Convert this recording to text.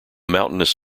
mountainous